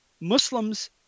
Muslims